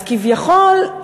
אז כביכול,